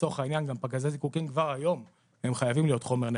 שלצורך העניין גם פגזי זיקוקין כבר